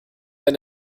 wenn